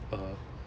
uh